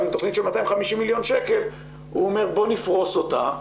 עם תכנית של 250 מיליון שקל הוא אומר 'בוא נפרוש אותה'